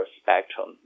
spectrum